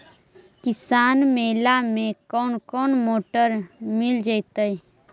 किसान मेला में कोन कोन मोटर मिल जैतै?